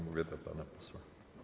Mówię do pana posła.